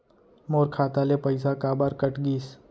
मोर खाता ले पइसा काबर कट गिस?